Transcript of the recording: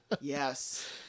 Yes